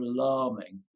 alarming